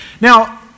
Now